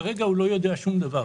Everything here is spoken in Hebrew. כרגע הוא לא יודע שום דבר.